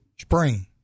Spring